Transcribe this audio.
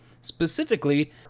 specifically